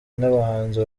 n’abahanzi